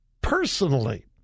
personally